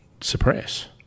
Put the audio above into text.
suppress